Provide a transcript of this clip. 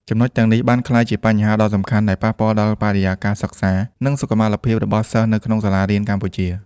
ចំណុចទាំងនេះបានក្លាយជាបញ្ហាដ៏សំខាន់ដែលប៉ះពាល់ដល់បរិយាកាសសិក្សា និងសុខុមាលភាពរបស់សិស្សនៅក្នុងសាលារៀនកម្ពុជា។